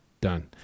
Done